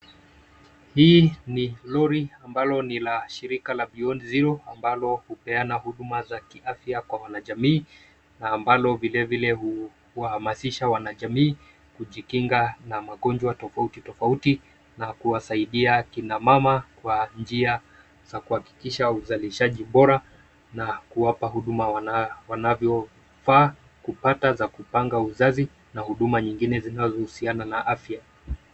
Hii ni lori ambalo ni la shirika la Beyond Zero ambalo hupeana huduma za kiafya kwa wanajamii na ambalo vilevile kuhamasisha wanajamii kujikinga na magonjwa tofauti tofauti na kuwasaidia akina mama kwa njia za kuhakikisha uzalishaji bora na kuwapa huduma wanavyofaa kupata za kupanga uzazi na huduma nyingine zinazohusiana na afya.